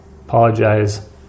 apologize